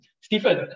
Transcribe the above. Stephen